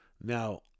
Now